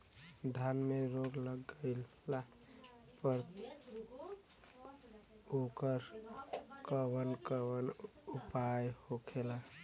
धान में रोग लग गईला पर उकर कवन कवन उपाय होखेला?